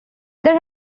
there